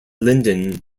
linden